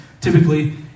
typically